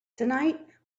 tonight